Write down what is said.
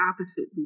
opposite